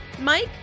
Mike